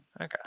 Okay